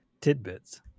tidbits